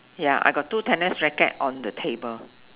ya I got two tennis racket on the table